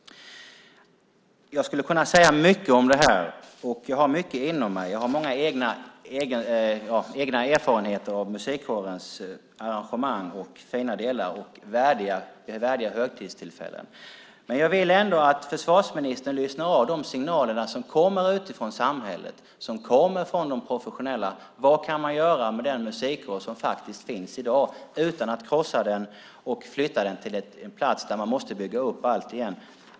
Jag skulle kunna säga mycket om det här. Jag har mycket inom mig, och jag har många egna erfarenheter av musikkårens arrangemang, fina delar och värdiga högtidstillfällen. Jag vill ändå att försvarsministern lyssnar av de signaler som kommer utifrån samhället och från de professionella. Vad kan man göra med den musikkår som finns i dag utan att krossa den och flytta den till en plats där man måste bygga upp allt igen?